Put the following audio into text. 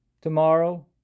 tomorrow